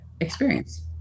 experience